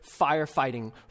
firefighting